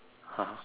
!huh!